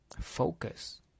focus